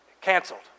Canceled